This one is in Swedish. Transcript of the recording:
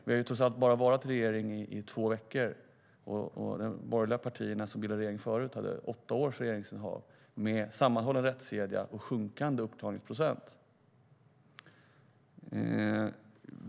Vi har trots allt bara suttit i regeringen i två veckor, och de borgerliga partierna som bildade den tidigare regeringen hade åtta års regeringsinnehav med en sammanhållen rättskedja och sjunkande uppklaringsprocent.